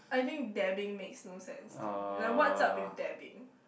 I think dabbing makes no sense to me like what's up with dabbing